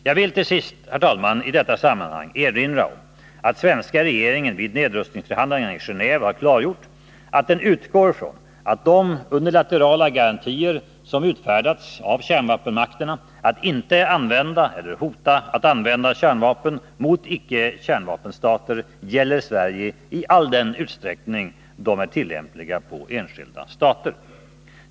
Jag vill till sist, herr talman, i detta sammanhang erinra om att svenska regeringen vid nedrustningsförhandlingarna i Gené&ve har klargjort att den utgår från att de unilaterala garantier som utfärdats av kärnvapenmakterna att inte använda eller hota att använda kärnvapen mot icke-kärnvapenstater gäller Sverige i all den utsträckning de är tillämpliga på enskilda stater.